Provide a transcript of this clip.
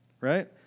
Right